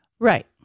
Right